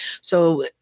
so-